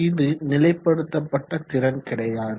இது நிலைப்படுத்தப்பட்ட திறன் கிடையாது